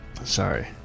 Sorry